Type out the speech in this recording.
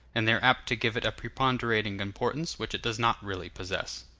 and they are apt to give it a preponderating importance which it does not really possess.